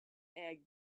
egg